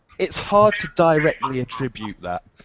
it's hard to directly attribute that.